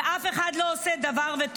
ואף אחד לא עושה דבר.